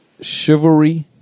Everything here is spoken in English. chivalry